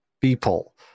people